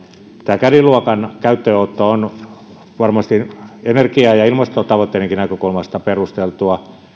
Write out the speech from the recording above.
tämä caddy luokan käyttöönotto on varmasti energia ja ja ilmastotavoitteidenkin näkökulmasta perusteltua